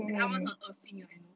and 它们很恶心 lah you know